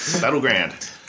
Battleground